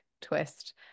twist